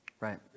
Right